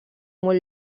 molt